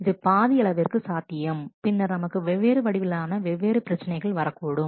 இது பாதி அளவிற்கு சாத்தியம் பின்னர் நமக்கு வெவ்வேறு வடிவிலான வெவ்வேறு பிரச்சினைகள் வரக்கூடும்